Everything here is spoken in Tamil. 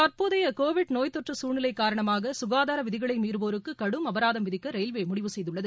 தற்போதைய கோவிட் நோய் தொற்று சூழ்நிலை காரணமாக சுகாதார விதிகளை மீறுவோருக்கு கடும் அபராதம் விதிக்க ரயில்வே முடிவு செய்துள்ளது